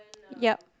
yup